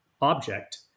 object